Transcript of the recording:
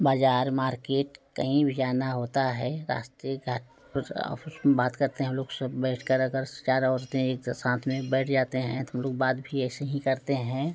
बाजार मार्केट कहीं भी जाना होता है रास्ते का कुछ बात करते हैं हम लोग सब बैठकर अगर चार औरतें एक साथ में बैठ जाते हैं तो लोग बात भी ऐसे ही करते हैं